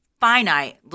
finite